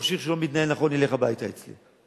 ראש עיר שלא מתנהל נכון ילך הביתה אצלי,